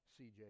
CJ